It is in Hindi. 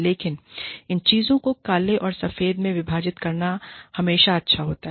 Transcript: लेकिन इन चीजों को काले और सफेद सही और गलत मैं विभाजित करना हमेशा अच्छा होता है